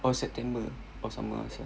or september or somewhere else